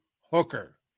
Hooker